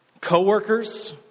co-workers